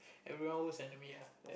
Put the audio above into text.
everyone worst enemy ah